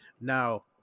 Now